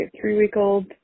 three-week-old